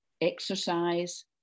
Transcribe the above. exercise